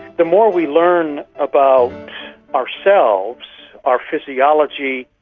the more we learn about ourselves, our physiology,